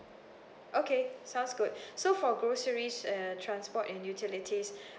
okay sounds good so for groceries and transport and utilities